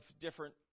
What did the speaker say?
different